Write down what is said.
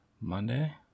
Monday